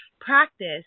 practice